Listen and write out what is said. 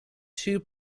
two